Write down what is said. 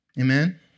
Amen